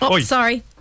Sorry